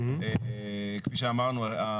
כפי שאמרנו,